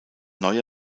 neue